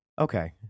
Okay